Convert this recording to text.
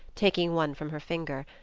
taking one from her finger.